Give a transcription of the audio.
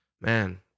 man